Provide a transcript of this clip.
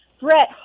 Brett